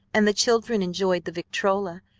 and the children enjoyed the victrola,